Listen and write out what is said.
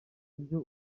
ibyo